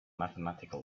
mathematical